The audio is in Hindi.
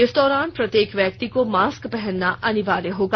इस दौरान प्रत्येक व्यक्ति को मास्क पहनना अनिवार्य होगा